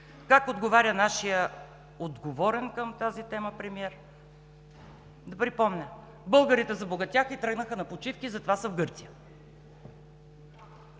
Как отговаря нашият отговорен към тази тема премиер, да Ви припомня? „Българите забогатяха и тръгнаха на почивки, затова са в Гърция.“